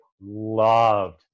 loved